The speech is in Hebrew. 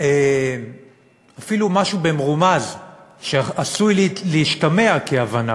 אפילו משהו במרומז שעשוי להשתמע כהבנה,